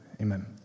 Amen